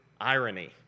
irony